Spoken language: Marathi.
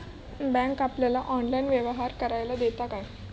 बँक आपल्याला ऑनलाइन व्यवहार करायला देता काय?